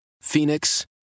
Phoenix